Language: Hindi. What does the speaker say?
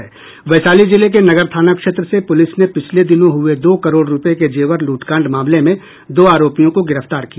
वैशाली जिले के नगर थाना क्षेत्र से पुलिस ने पिछले दिनों हुए दो करोड़ रुपये के जेवर लूटकांड मामले में दो आरोपियों को गिरफ्तार किया